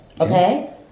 Okay